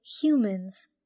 humans